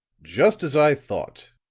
just as i thought,